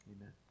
Amen